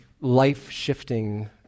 life-shifting